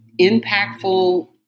impactful